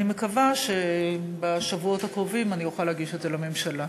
אני מקווה שבשבועות הקרובים אני אוכל להגיש את זה לממשלה.